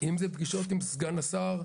אם זה בפגישות עם סגן השרה,